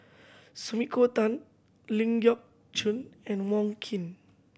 Sumiko Tan Ling Geok Choon and Wong Keen